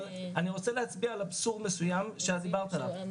אבל אני רוצה להצביע על אבסורד מסוים שדיברת עליו.